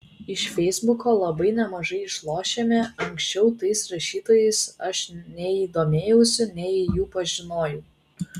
iš feisbuko labai nemažai išlošėme anksčiau tais rašytojais aš nei domėjausi nei jų pažinojau